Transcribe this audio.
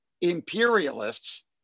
imperialists